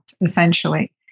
essentially